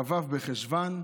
כ"ו בחשוון,